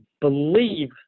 believe